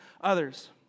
others